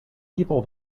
people